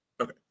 Okay